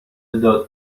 داد